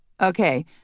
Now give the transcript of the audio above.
Okay